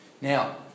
Now